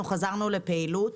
אנחנו חזרנו לפעילות.